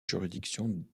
juridiction